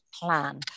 plan